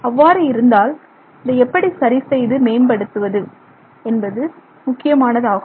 அவ்வாறு இருந்தால் அதை எப்படி சரி செய்து மேம்படுத்துவது என்பது முக்கியமானதாகும்